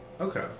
okay